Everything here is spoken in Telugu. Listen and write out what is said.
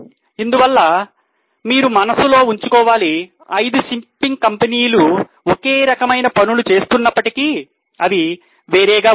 ఇందువల్ల మీరు మనసులో ఉంచుకోవాలి 5 షిప్పింగ్ కంపెనీలు ఒకే రకమైన పనులు చేస్తున్నప్పటికీ అవి వేరేగా ఉన్నాయి